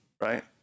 Right